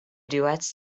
duets